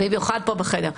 במיוחד פה, בחדר.